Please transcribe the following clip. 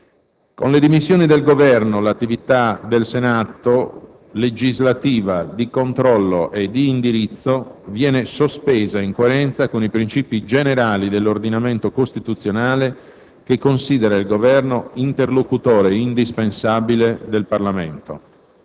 Con le dimissioni del Governo l'attività del Senato, legislativa, di controllo e di indirizzo, viene sospesa in coerenza con i princìpi generali dell'ordinamento costituzionale, che considera il Governo interlocutore indispensabile del Parlamento.